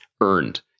earned